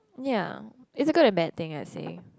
ya it's a good and bad thing I say